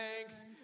thanks